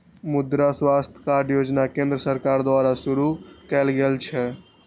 मुद्रा स्वास्थ्य कार्ड योजना केंद्र सरकार द्वारा शुरू कैल गेल छै